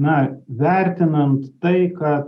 na vertinant tai kad